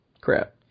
crap